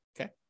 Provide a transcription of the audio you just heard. okay